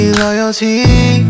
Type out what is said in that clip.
loyalty